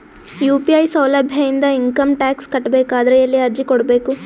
UPI ಸೌಲಭ್ಯ ಇಂದ income tax ಕಟ್ಟಬೇಕಾದರ ಎಲ್ಲಿ ಅರ್ಜಿ ಕೊಡಬೇಕು?